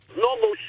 Normal